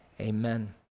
Amen